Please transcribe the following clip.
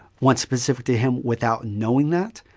one specific to him without knowing that.